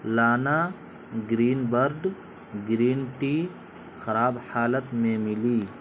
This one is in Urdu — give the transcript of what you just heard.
لانا گرین برڈ گرین ٹی خراب حالت میں ملی